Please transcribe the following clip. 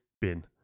bin